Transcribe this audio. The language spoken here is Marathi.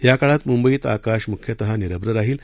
या काळात मुंबईत आकाश मुख्यतः निरभ्र राहिल